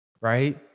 right